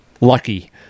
lucky